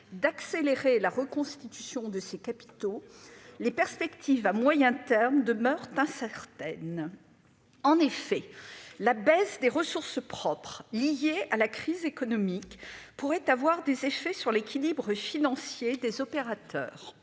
d'accélérer la reconstitution de ses capitaux, les perspectives à moyen terme demeurent incertaines. En effet, la baisse des ressources propres, liée à la crise économique, pourrait avoir des effets sur l'équilibre financier des opérateurs.